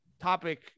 topic